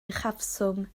uchafswm